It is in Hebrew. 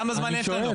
כמה זמן יש לנו?